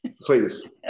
please